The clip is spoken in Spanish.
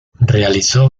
realizó